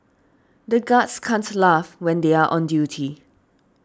the guards can't laugh when they are on duty